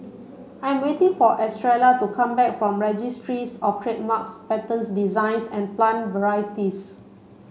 I am waiting for Estrella to come back from Registries Of Trademarks Patents Designs and Plant Varieties